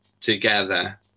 together